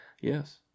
Yes